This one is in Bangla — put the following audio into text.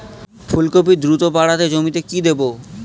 ফুলকপি দ্রুত বাড়াতে জমিতে কি দেবো?